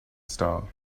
star